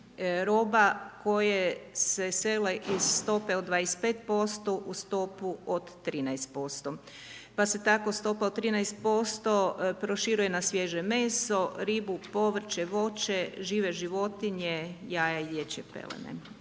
roba koje se sele iz stope od 25% u stopu od 13%. Pa se tako stopa od 13% proširuje na sviježe meso, ribu, povrće, voće, žive životinje, jaja i dječje pelene.